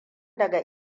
daga